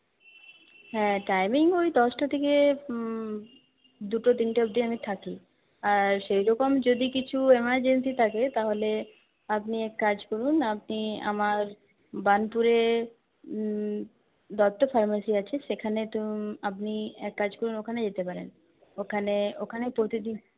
হ্যাঁ টাইমিং ওই দশটা থেকে দুটো তিনটে অবধি আমি থাকি আর সেইরকম যদি কিছু এমার্জেন্সি থাকে তাহলে আপনি এক কাজ করুন আপনি আমার বার্নপুরে দত্ত ফার্মেসি আছে সেখানে আপনি এক কাজ করুন ওখানে যেতে পারেন ওখানে ওখানে প্রতিদিন